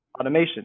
automation